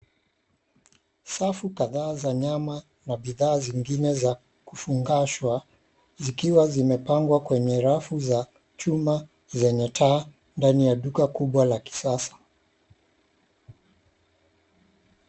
Safu kadhaa za nyama na bidhaa zingine za 𝑘𝑢𝑓𝑢𝑛𝑔𝑎𝑠ℎ𝑤𝑎, zikiwa zimepangwa kwenye rafu ya chuma zenye taa ndani ya duka kubwa la kisasa.